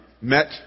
met